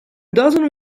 doesn’t